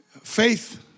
faith